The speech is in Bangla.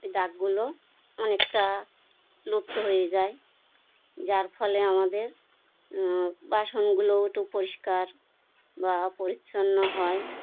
এই দাগগুলো অনেকটা লুপ্ত হয়ে যায় যার ফলে আমাদের বাসনগুলোও একটু পরিষ্কার বা পরিচ্ছন্ন হয়